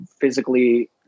physically